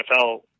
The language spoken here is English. NFL